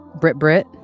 Brit-Brit